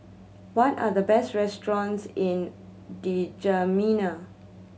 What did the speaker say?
what are the best restaurants in Djamena